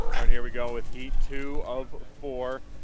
all right. here we go with heat two of four.